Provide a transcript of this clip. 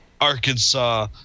Arkansas